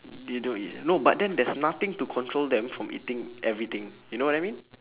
they don't eat ah no but then there's nothing to control them from eating everything you know what I mean